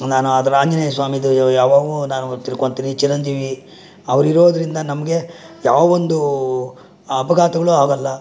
ನಾನು ಅದು ಆಂಜನೇಯ ಸ್ವಾಮಿದು ಯಾವಾಗಲೂ ನಾನು ತಿಳ್ಕೊಳ್ತೀನಿ ಚಿರಂಜೀವಿ ಅವರು ಇರೋದರಿಂದ ನಮಗೆ ಯಾವೊಂದು ಅಪಘಾತಗಳೂ ಆಗಲ್ಲ